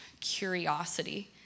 curiosity